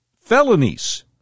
felonies